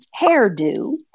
hairdo